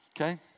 Okay